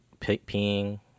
peeing